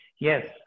Yes